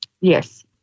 Yes